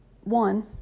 one